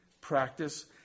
practice